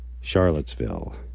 Charlottesville